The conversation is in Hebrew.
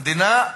המדינה,